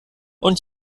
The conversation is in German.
und